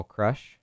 Crush